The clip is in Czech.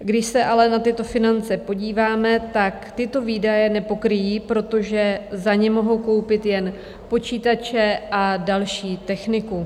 Když se ale na tyto finance podíváme, tyto výdaje nepokryjí, protože za ně mohou koupit jen počítače a další techniku.